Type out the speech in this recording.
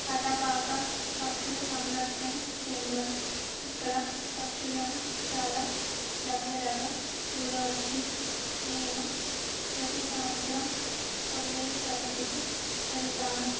అటపాక పక్షుల సంరక్షణ కేంద్రం ఇక్కడ పక్షులను చాలా దగ్గరగా చూడవచ్చు నేను ప్రతి సంవత్సరం కొల్లేరు సరస్సుకు వెళ్తాను